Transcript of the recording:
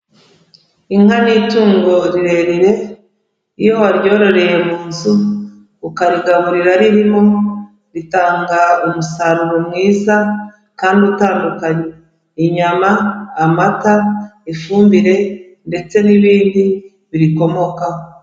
Inka ni itungo rirerire, iyo waryororeye mu nzu, ukarigaburira ririmo, ritanga umusaruro mwiza kandi utandukanye, inyama, amata, ifumbire ndetse n'ibindi birikomokaho.